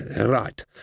Right